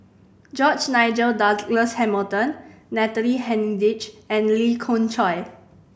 George Nigel Douglas Hamilton Natalie Hennedige and Lee Khoon Choy